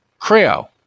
Creo